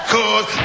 Cause